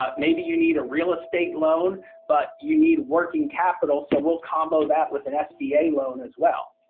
ah maybe you need a real estate loan but you need working capital so we'll combo that with an sba loan as well.